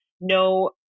no